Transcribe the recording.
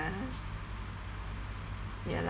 uh ya lah